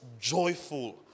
joyful